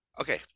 okay